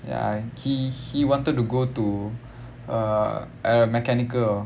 ya he he wanted to go to err uh mechanical